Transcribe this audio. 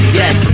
yes